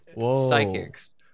psychics